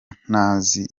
ntazi